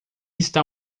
está